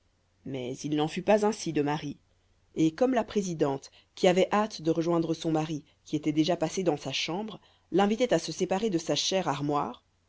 mais il n'en fut pas ainsi de marie et comme la présidente qui avait hâte de rejoindre son mari qui était déjà passé dans sa chambre l'invitait à se séparer de sa chère armoire